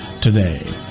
today